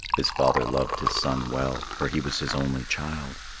his father loved his son well, for he was his only child.